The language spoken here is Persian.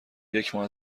یکماه